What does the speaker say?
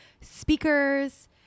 speakers